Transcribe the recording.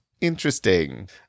Interesting